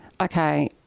okay